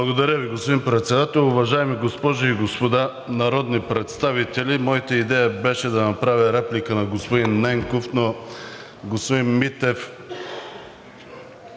Благодаря Ви, господин Председател. Уважаеми госпожи и господа народни представители! Моята идея беше да направя реплика на господин Ненков, но господин Митев